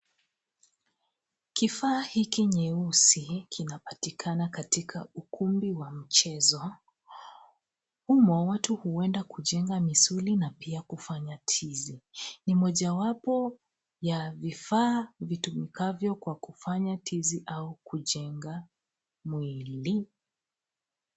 Kifaa hiki nyeusi kinapatikana katika ukumbi wa mchezo humo watu huenda kujenga misuli na pia kufanya tizi ,ni mojawapo ya vifaa vitumukavyo kwa kufanya tizi au kujenga mwili.